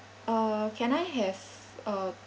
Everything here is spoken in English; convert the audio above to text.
uh can I have um